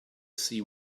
see